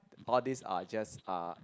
all these are just are